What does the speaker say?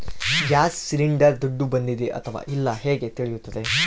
Gas cylinder ದುಡ್ಡು ಬಂದಿದೆ ಅಥವಾ ಇಲ್ಲ ಹೇಗೆ ತಿಳಿಯುತ್ತದೆ?